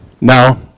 Now